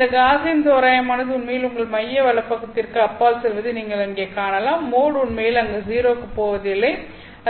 இந்த காஸியன் தோராயமானது உண்மையில் உங்கள் மைய வலப்பக்கத்திற்கு அப்பால் செல்வதை நீங்கள் இங்கே காணலாம் மோட் உண்மையில் அங்கு 0 க்குப் போவதில்லை